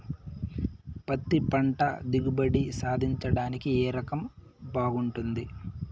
పత్తి పంట దిగుబడి సాధించడానికి ఏ రకం బాగుంటుంది?